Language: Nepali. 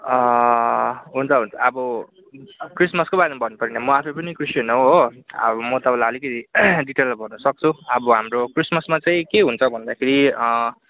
हुन्छ हुन्छ अब क्रिसमसको बारेमा भन्नु पर्यो नि म आफै पनि क्रिस्चियन हो हो अब म तपाईँलाई अलिकति डिटेलमा भन्नु सक्छु अब हाम्रो क्रिसमसमा चाहिँ के हुन्छ भन्दाखेरि